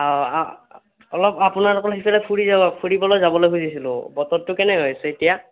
অঁ অলপ আপোনালোকৰ সেইফালে ফুৰি যাব ফুৰিবলৈ যাবলৈ খুজিছিলোঁ বতৰটো কেনে হৈ আছে এতিয়া